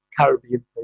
Caribbean